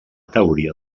teoria